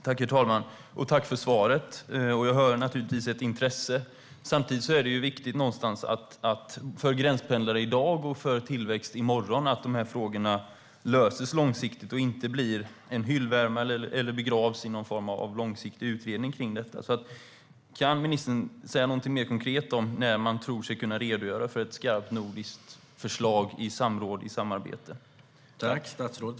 Herr talman! Tack för svaret! Jag hör naturligtvis att det finns ett intresse. Samtidigt är det viktigt för gränspendlare i dag och för tillväxt i morgon att frågorna löses långsiktigt och inte blir hyllvärmare eller begravs i någon form av långsiktig utredning. Kan ministern säga något mer konkret om när man tror sig kunna redogöra för ett skarpt nordiskt förslag som tagits fram i samråd?